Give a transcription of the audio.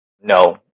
no